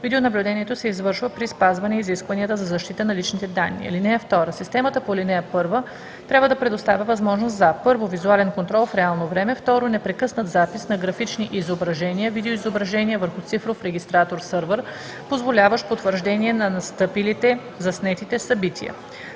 Видеонаблюдението се извършва при спазване изискванията за защита на личните данни. (2) Системата по ал. 1 трябва да предоставя възможност за: 1. визуален контрол в реално време; 2. непрекъснат запис на графични изображения (видеоизображения) върху цифров регистратор-сървър, позволяващ потвърждение на настъпилите (заснетите) събития;